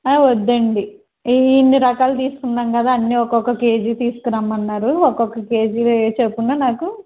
వద్దండి ఇన్ని రకాలు తీసుకున్నాం కదా అన్నీ ఒకొక్క కేజీ తీసుకురమ్మన్నారు ఒకొక్క కేజీ చొప్పున నాకు